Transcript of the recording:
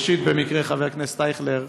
ראשית, במקרה, חבר הכנסת אייכלר,